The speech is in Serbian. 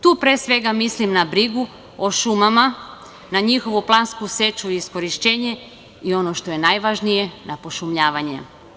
Tu, pre svega, mislim na brigu o šumama, na njihovu plansku seču i iskorišćenje i, ono što je najvažnije, na pošumljavanje.